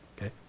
Okay